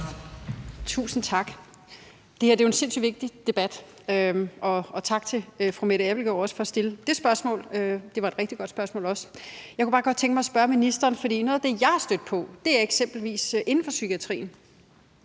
Tusind tak. Det her er jo en sindssyg vigtig debat. Og tak til fru Mette Abildgaard for os at stille dét spørgsmål – det var også et rigtig godt spørgsmål. Jeg kunne bare godt tænke mig at spørge ministeren om en ting. For noget af det, jeg er stødt på, er eksempelvis, at jeg inden for psykiatrien